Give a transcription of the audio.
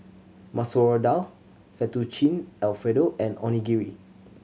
Masoor Dal Fettuccine Alfredo and Onigiri